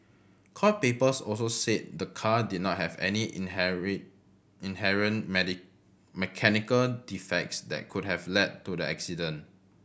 court papers also said the car did not have any inherit inherent mechanical defects that could have led to the accident